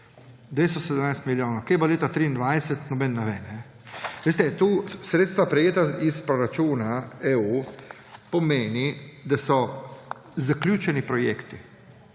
217 milijonov. Kaj bo leta 2023, noben ne ve. Veste, tu sredstva, prejeta iz proračuna EU, pomeni, da so zaključeni projekti.